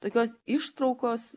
tokios ištraukos